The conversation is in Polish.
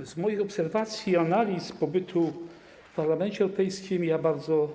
W wyniku moich obserwacji i analiz z pobytu w Parlamencie Europejskim bardzo